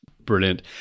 Brilliant